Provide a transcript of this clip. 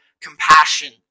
compassion